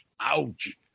Ouch